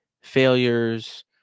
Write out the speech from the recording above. failures